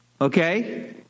Okay